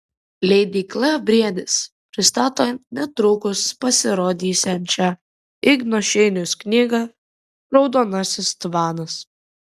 leidykla briedis pristato netrukus pasirodysiančią igno šeiniaus knygą raudonasis tvanas